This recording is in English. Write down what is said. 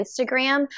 Instagram